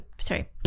Sorry